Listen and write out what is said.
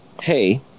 hey